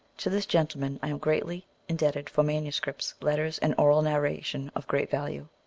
to this gentleman i am greatly indebted for manuscripts, letters, and oral narrations of great value.